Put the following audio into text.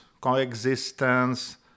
coexistence